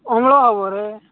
ଅମ୍ଳ ହେବରେ